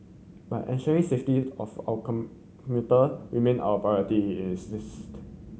but ensuring safety of our come commuter remain our priority he insisted